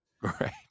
Right